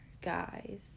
guys